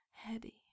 Heady